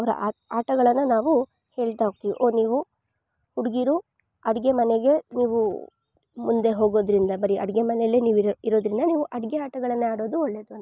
ಅವರ ಆಟಗಳನ್ನು ನಾವು ಹೇಳ್ತಾ ಹೋಗ್ತೀವಿ ಓ ನೀವು ಹುಡುಗಿರು ಅಡುಗೆ ಮನೆಗೆ ನೀವು ಮುಂದೆ ಹೋಗೋದರಿಂದ ಬರಿ ಅಡುಗೆ ಮನೆಲ್ಲೇ ನೀವು ಇರು ಇರೋದ್ರಿಂದ ನೀವು ಅಡುಗೆ ಆಟಗಳನ್ನು ಆಡೋದು ಒಳ್ಳೆದು ಅಂತ